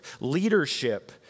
leadership